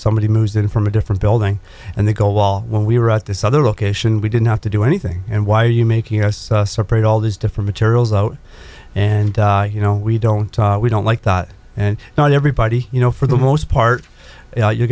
somebody moves in from a different building and they go wall when we were at this other location we didn't have to do anything and why are you making us separate all these different aerials out and you know we don't we don't like that and now everybody you know for the most part